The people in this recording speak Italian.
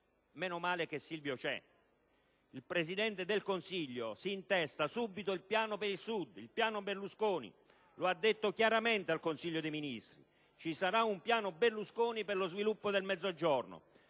«meno male che Silvio c'è»: il Presidente del Consiglio si intesta subito il piano per il Sud, anzi, il piano Berlusconi, come ha detto chiaramente al Consiglio dei ministri; ci sarà cioè un piano Berlusconi per lo sviluppo del Mezzogiorno.